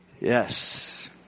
yes